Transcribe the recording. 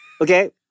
Okay